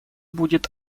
будет